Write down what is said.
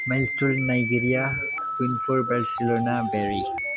milestone Nigeria क्विनफोर Barcelona बेरी